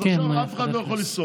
אז עכשיו אף אחד לא יכול לנסוע,